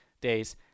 days